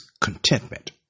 contentment